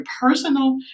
personal